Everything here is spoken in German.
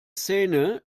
szene